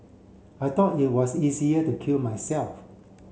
I thought it was easier to kill myself